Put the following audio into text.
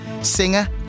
singer